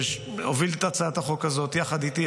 שהוביל את הצעת החוק הזאת יחד איתי.